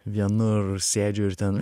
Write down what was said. vienur sėdžiu ir ten